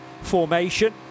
formation